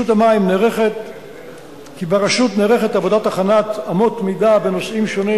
נערכת עבודת הכנת אמות מידה בנושאים שונים